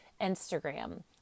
Instagram